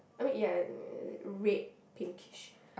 I mean yeah uh red pinkish